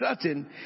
certain